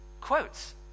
quotes